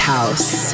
House